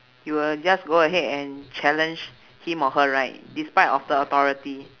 you will just go ahead and challenge him or her right despite of the authority